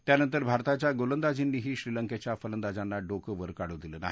त्यानंतर भारताच्या गोलंदाजांनीही श्रीलंकेच्या फलंदाजांना डोकं वर काढू दिलं नाही